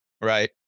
right